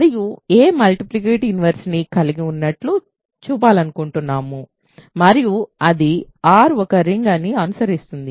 మనము a multiplicative inverse ని కలిగి ఉన్నట్లు చూపాలనుకుంటున్నాము మరియు అది R ఒక రింగ్ అని అనుసరిస్తుంది